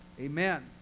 Amen